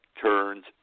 turns